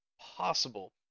possible